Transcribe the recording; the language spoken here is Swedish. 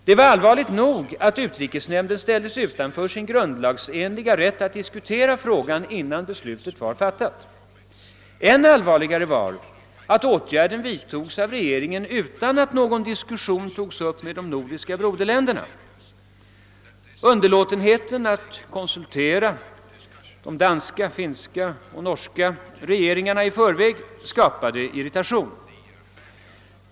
Det var allvarligt nog att utrikesnämnden ställdes utanför sin grundlagsenliga rätt att diskutera frågan innan beslutet fattades. Än allvarligare var att åtgärden vidtogs av regeringen utan att någon diskussion togs upp med de nordiska broderländerna. Underlåtenheten att i förväg konsultera de danska, finska och norska regeringarna skapade irritation.